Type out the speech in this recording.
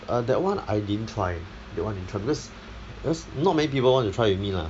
err that [one] I didn't try that [one] didn't try because because not many people want to try with me lah